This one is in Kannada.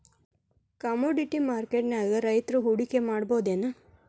ಕಾಮೊಡಿಟಿ ಮಾರ್ಕೆಟ್ನ್ಯಾಗ್ ರೈತ್ರು ಹೂಡ್ಕಿ ಮಾಡ್ಬಹುದೇನ್?